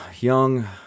young